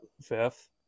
Fifth